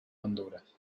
honduras